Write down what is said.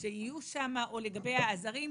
שיהיו שם או לגבי העזרים,